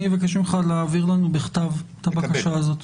אני מבקש ממך להעביר לנו בכתב את הבקשה הזאת.